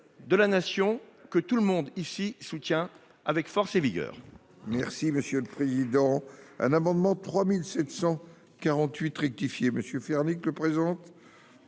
de la Nation que tout le monde ici soutient avec force et vigueur.